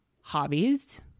hobbies